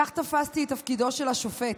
כך תפסתי את תפקידו של השופט: